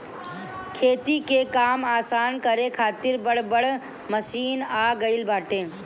खेती के काम आसान करे खातिर बड़ बड़ मशीन आ गईल बाटे